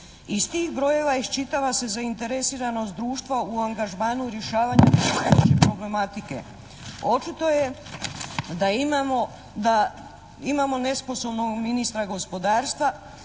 Iz tih brojeva iščitava se zainteresiranost društva u angažmanu i rješavanju …/tonske smetnje/… problematike. Očito je da imamo nesposobnog ministra gospodarstva,